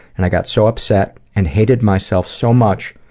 and i got so upset and hated myself so much